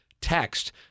text